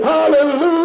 Hallelujah